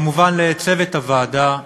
כמובן לצוות הוועדה,